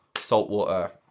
saltwater